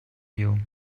you